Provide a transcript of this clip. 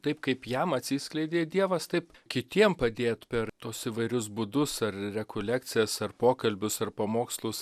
taip kaip jam atsiskleidė dievas taip kitiem padėt per tuos įvairius būdus ar rekolekcijas ar pokalbius ar pamokslus